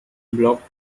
blocked